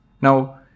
Now